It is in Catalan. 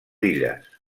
illes